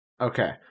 Okay